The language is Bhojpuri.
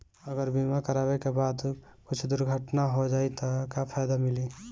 अगर बीमा करावे के बाद कुछ दुर्घटना हो जाई त का फायदा मिली?